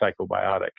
psychobiotic